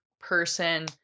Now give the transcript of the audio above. person